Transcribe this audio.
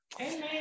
amen